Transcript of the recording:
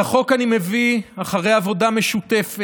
את החוק אני מביא אחרי עבודה משותפת